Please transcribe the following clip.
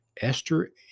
Esther